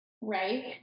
right